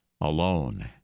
alone